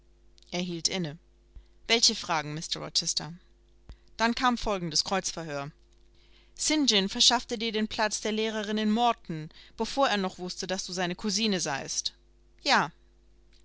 hielt inne welche fragen mr rochester dann kam folgendes kreuzverhör st john verschaffte dir den platz der lehrerin in morton bevor er noch wußte daß du seine cousine seiest ja